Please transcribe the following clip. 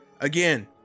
Again